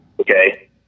okay